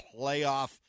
playoff